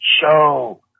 show